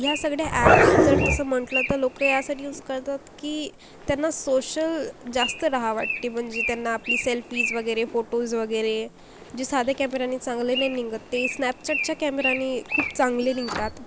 या सगळ्या ॲप्स जर तसं म्हटलं तर लोक यासाठी यूस करतात की त्यांना सोशल जास्त राहा वाटते म्हणजे त्यांना आपली सेल्फीज वगैरे फोटोज वगैरे जे साध्या कॅमेऱ्याने चांगले नाही निघत ते स्नॅपचॅटच्या कॅमेऱ्यानी खूप चांगले निघतात